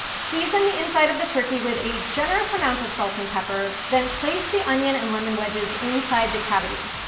season the inside of the turkey with a generous amount of salt and pepper, then place the onion and lemon wedges inside the cavity.